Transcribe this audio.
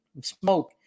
smoke